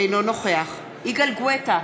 אינו נוכח יגאל גואטה,